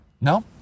No